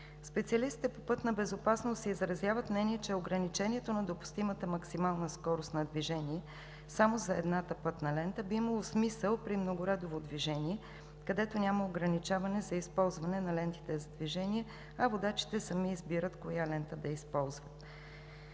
Специалистите по пътна безопасност изразяват мнение, че ограничението на допустимата максимална скорост на движение само за едната пътна лента би имало смисъл при многоредово движение, където няма ограничение за използване на лентите за движение, а водачите сами избират коя лента да използват.